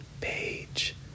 Page